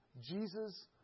Jesus